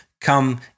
come